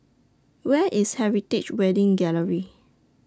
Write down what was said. Where IS Heritage Wedding Gallery